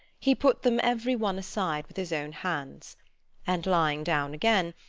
he put them every one aside with his own hands and lying down again,